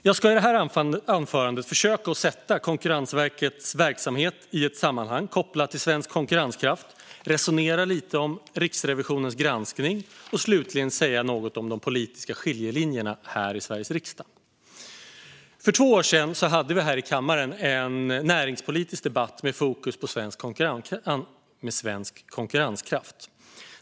Jag ska i detta anförande försöka sätta Konkurrensverkets verksamhet i ett sammanhang kopplat till svensk konkurrenskraft, resonera lite om Riksrevisionens granskning och slutligen säga något om de politiska skiljelinjerna här i Sveriges riksdag. För två år sedan hade vi här i kammaren en näringspolitisk debatt med fokus på svensk konkurrenskraft.